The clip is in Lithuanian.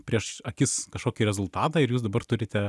prieš akis kažkokį rezultatą ir jūs dabar turite